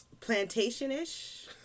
plantation-ish